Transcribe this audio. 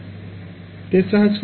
ছাত্র ছাত্রীঃ tetra hertz কি